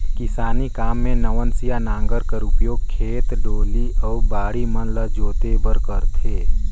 किसानी काम मे नवनसिया नांगर कर उपियोग खेत, डोली अउ बाड़ी मन ल जोते बर करथे